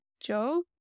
Joe